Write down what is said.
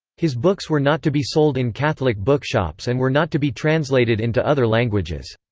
his books were not to be sold in catholic bookshops and were not to be translated into other languages.